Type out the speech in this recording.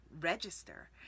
register